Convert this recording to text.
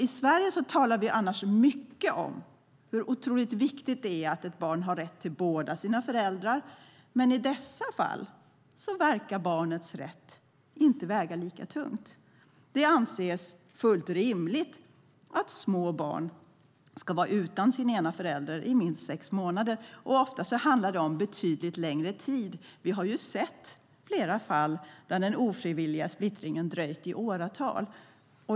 I Sverige talar vi annars mycket om hur viktigt det är att ett barn har rätt till båda sina föräldrar, men i dessa fall verkar barnets rätt inte väga lika tungt. Det anses fullt rimligt att små barn ska vara utan sin ena förälder i minst sex månader. Ofta handlar det om betydligt längre tid. Vi har sett flera fall där den ofrivilliga splittringen har dröjt i åratal.